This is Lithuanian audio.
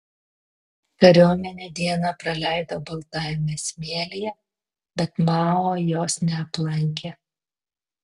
kariuomenė dieną praleido baltajame smėlyje bet mao jos neaplankė